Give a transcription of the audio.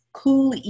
cool